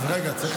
אז רגע, צריך